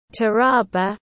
Taraba